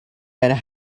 and